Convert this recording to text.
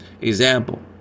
Example